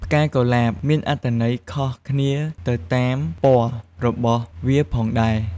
ផ្កាកុលាប មានអត្ថន័យខុសគ្នាទៅតាមពណ៌របស់វាផងដែរ។